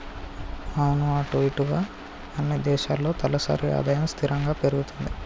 అవును అటు ఇటుగా అన్ని దేశాల్లో తలసరి ఆదాయం స్థిరంగా పెరుగుతుంది